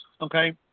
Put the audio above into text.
Okay